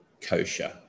kosher